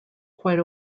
quite